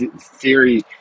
Theory